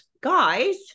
guys